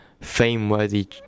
fame-worthy